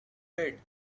bread